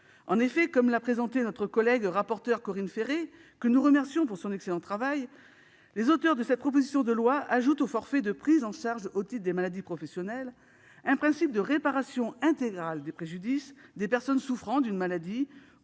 En effet, comme l'a présenté notre collègue rapporteure Corinne Féret, que nous remercions de son excellent travail, les auteurs de cette proposition de loi ajoutent au forfait de prise en charge au titre des maladies professionnelles un principe de réparation intégrale des préjudices des personnes souffrant d'une maladie